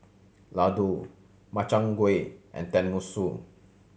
Ladoo Makchang Gui and Tenmusu